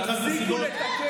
תפסיקו לתקן.